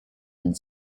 and